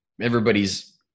everybody's